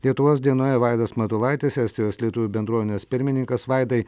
lietuvos dienoje vaidas matulaitis estijos lietuvių bendruomenės pirmininkas vaidai